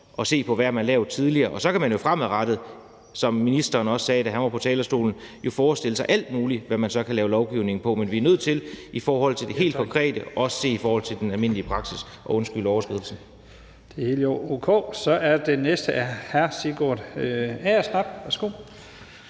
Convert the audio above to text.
at se på, hvad man har lavet tidligere. Og så kan man jo fremadrettet, som ministeren også sagde, da han var på talerstolen, forestille sig alt muligt om, hvad man så kan lave lovgivning om. Men vi er nødt til i forhold til det helt konkrete også at se på det i forhold til den almindelige praksis – og undskyld overskridelsen af taletiden. Kl. 13:42 Første næstformand (Leif Lahn